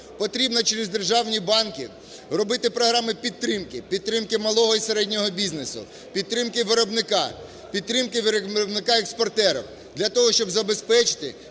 Потрібно через державні банки робити програми підтримки, підтримки малого і середнього бізнесу, підтримки виробника, підтримки виробника-експортера для того, щоб забезпечити